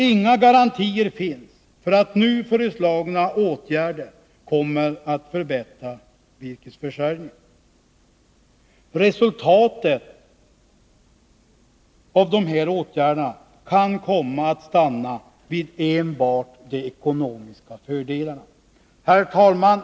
Inga garantier finns för att nu föreslagna åtgärder kommer att förbättra virkesförsörjningen. Resultatet av åtgärderna kan komma att stanna vid enbart de ekonomiska fördelarna. Herr talman!